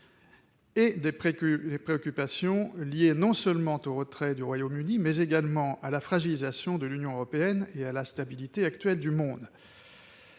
et des préoccupations liées non seulement au retrait du Royaume-Uni, mais également à la fragilisation de l'Union européenne et à l'instabilité actuelle du monde.